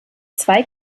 zwei